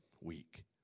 week